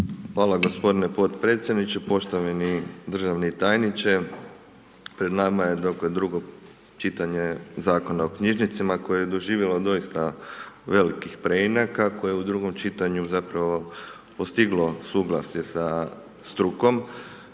Hvala gospodine podpredsjedniče, poštovani državni tajniče, pred nama je dakle drugo čitanje Zakona o knjižnicama koje je doživjelo doista velikih preinaka koje u drugom čitanju zapravo postiglo suglasje sa strukom.